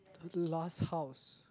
last house